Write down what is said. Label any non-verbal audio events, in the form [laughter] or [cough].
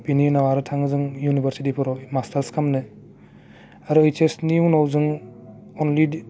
बिनि उनाव आरो थाङो जों इउनिभारसिटिफोराव मास्टार्स खालामनो आरो ओइसएसनि उनाव जों [unintelligible]